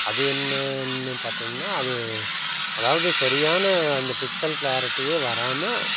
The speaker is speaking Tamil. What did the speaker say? அது என்னென்னு பார்த்திங்கன்னா அது அதாவது சரியான அந்த பிக்சல் கிளாரிட்டியே வராமல்